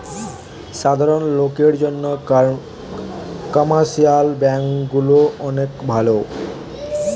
সাধারণ লোকের জন্যে কমার্শিয়াল ব্যাঙ্ক গুলা অনেক ভালো